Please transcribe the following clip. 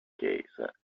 bookcase